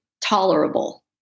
tolerable